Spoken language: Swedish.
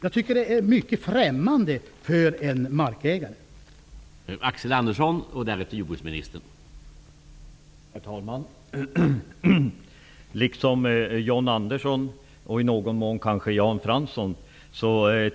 Jag tycker det är främmande för en markägare att visa en så hård attityd.